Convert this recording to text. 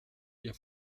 ihr